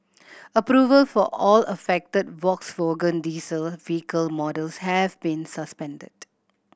approval for all affected Volkswagen diesel vehicle models have been suspended